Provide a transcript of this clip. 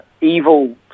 evil